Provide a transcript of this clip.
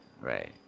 right